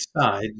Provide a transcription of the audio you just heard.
side